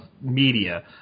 media